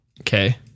okay